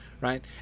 right